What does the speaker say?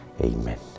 Amen